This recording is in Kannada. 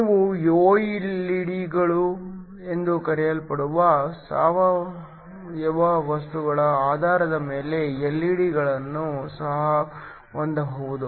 ನೀವು ಒಎಲ್ಇಡಿ ಗಳು ಎಂದು ಕರೆಯಲ್ಪಡುವ ಸಾವಯವ ವಸ್ತುಗಳ ಆಧಾರದ ಮೇಲೆ ಎಲ್ಇಡಿ ಗಳನ್ನು ಸಹ ಹೊಂದಬಹುದು